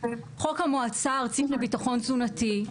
חוק המועצה הארצית לביטחון תזונתי,